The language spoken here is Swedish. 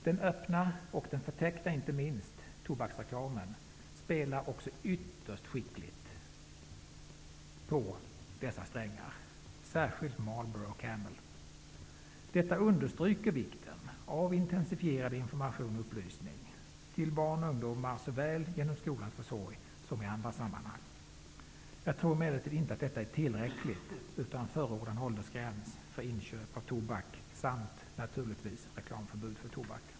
Den öppna och, inte minst, förtäckta tobaksreklamen spelar också ytterst skickligt på dessa strängar -- särskilt Marlboro och Camel. Detta visar på vikten av en intensifierad information och upplysning till barn och ungdomar såväl genom skolans försorg som i andra sammanhang. Jag tror emellertid inte att detta är tillräckligt. Därför förordar jag en åldersgräns för inköp av tobak samt, naturligtvis, reklamförbud för tobak.